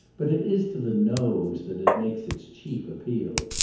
but it is to the nose that it makes its chief appeal.